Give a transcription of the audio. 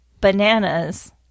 bananas